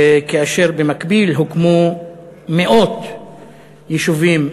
כאשר במקביל הוקמו מאות יישובים,